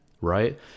Right